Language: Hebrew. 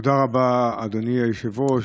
תודה רבה, אדוני היושב-ראש.